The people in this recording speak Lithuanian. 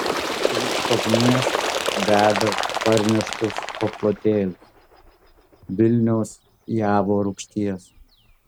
ant skobnies deda parneštus paplotėlius vilniaus javo rūgšties